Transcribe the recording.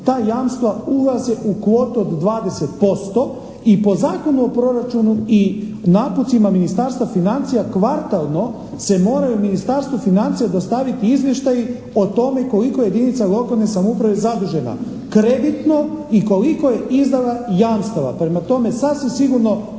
ta jamstva ulaze u kvotu od 20% i po Zakonu o proračunu i napucima Ministarstva financija kvartalno se moraju Ministarstvu financija dostaviti izvještaji o tome koliko je jedinica lokalne samouprave zadužena kreditno i koliko je izdala jamstava? Prema tome sasvim sigurno